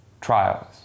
trials